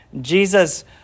Jesus